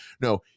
no